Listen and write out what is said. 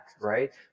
right